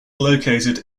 located